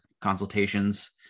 consultations